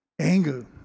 Anger